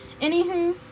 Anywho